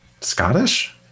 Scottish